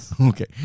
Okay